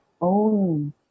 own